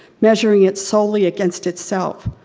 measuring it solely against itself.